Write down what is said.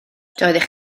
doeddech